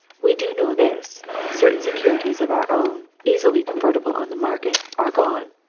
we do know this certain securities of our own, easily convertible on the market, are gone!